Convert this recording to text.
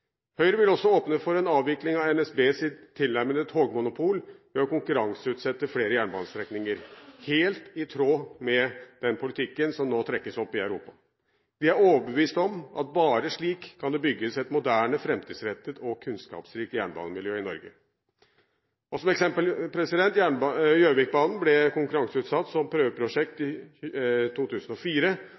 Høyre vil også åpne for en avvikling av NSBs tilnærmede togmonopol ved å konkurranseutsette flere jernbanestrekninger, helt i tråd med den politikken som nå trekkes opp i Europa. Vi er overbevist om at bare slik kan det bygges et moderne, framtidsrettet og kunnskapsrikt jernbanemiljø i Norge. Som et eksempel: Gjøvikbanen ble konkurranseutsatt som prøveprosjekt i 2004,